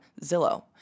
Zillow